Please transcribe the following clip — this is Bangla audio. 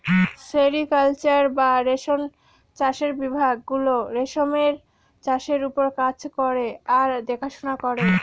সেরিকালচার বা রেশম চাষের বিভাগ গুলো রেশমের চাষের ওপর কাজ করে আর দেখাশোনা করে